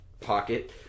pocket